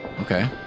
Okay